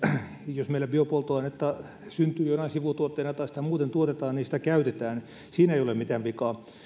jos meillä biopolttoainetta syntyy jonain sivutuotteena tai sitä muuten tuotetaan niin sitä käytetään siinä ei ole mitään vikaa